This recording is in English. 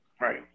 Right